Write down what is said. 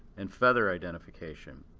and feather identification.